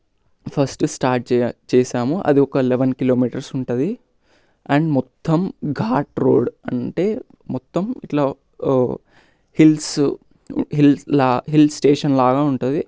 first start చే చేసాము అది ఒక లెవెన్ కిలోమీటర్స్ ఉంటుంది అండ్ మొత్తం ఘాట్ రోడ్ అంటే మొత్తం ఇట్లా హిల్స్ హిల్స్లాగ హిల్స్ స్టేషన్లాగ ఉంటుంది